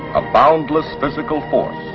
a boundless physical force,